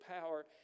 power